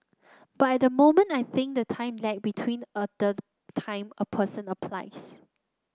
but at the moment I think the time lag between the time a person applies